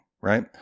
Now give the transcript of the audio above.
Right